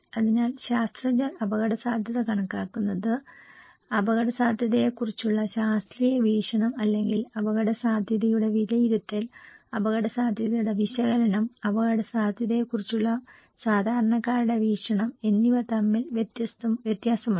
അതിനാൽ ശാസ്ത്രജ്ഞർ അപകടസാധ്യത കണക്കാക്കുന്നത് അപകടസാധ്യതയെക്കുറിച്ചുള്ള ശാസ്ത്രീയ വീക്ഷണം അല്ലെങ്കിൽ അപകടസാധ്യതയുടെ വിലയിരുത്തൽ അപകടസാധ്യതയുടെ വിശകലനം അപകടസാധ്യതയെക്കുറിച്ചുള്ള സാധാരണക്കാരുടെ വീക്ഷണം എന്നിവ തമ്മിൽ വ്യത്യാസമുണ്ട്